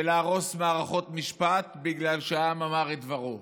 ולהרוס מערכות משפט בגלל ש"העם אמר את דברו",